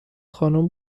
خانم